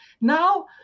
Now